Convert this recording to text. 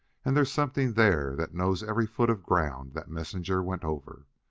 and there's something there that knows every foot of ground that messenger went over.